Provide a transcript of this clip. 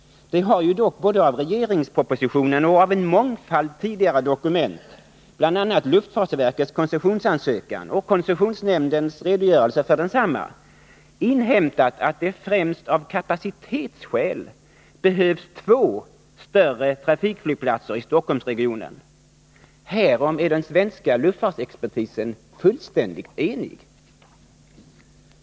De har ju dock både av regeringspropositionen och av en mångfald tidigare dokument, bl.a. luftfartsverkets koncessionsansökan och koncessionsnämndens redogörelse för densamma, inhämtat att det främst av kapacitetsskäl behövs två större trafikflygplatser i Stockholmsregionen. Härom är den svenska luftfartsexpertisen fullständigt enig.